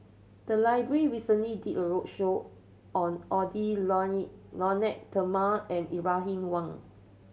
the library recently did a roadshow on Edwy Lyonet Talma and Ibrahim Awang